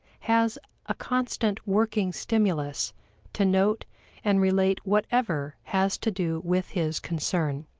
has a constant working stimulus to note and relate whatever has to do with his concern.